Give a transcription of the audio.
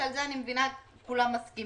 שאני מבינה שעל זה כולם מסכימים.